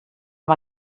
amb